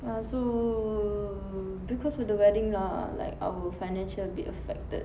ya so because of the wedding lah like our financial a bit affected